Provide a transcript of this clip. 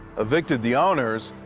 evicted the owners,